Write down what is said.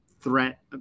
threat